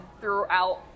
throughout